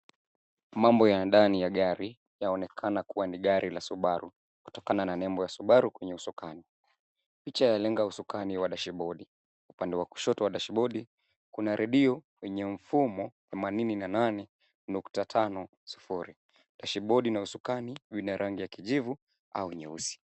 Mambo ya ndani ya gari, laonekana kuwa ni gari la Subaru kutokana na nembo ya Subaru kwenye usukani. Picha yalenga usukani na dashibodi . Upande wa kushoto wa dashibodi kuna redio yenye mfumo 88.50. Dashibodi na usukani vina rangi ya kijivu au nyeusi.